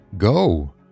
Go